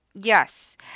Yes